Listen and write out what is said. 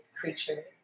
creature